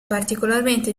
particolarmente